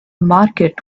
market